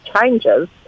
changes